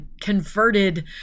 converted